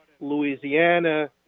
Louisiana